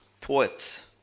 poet